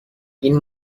این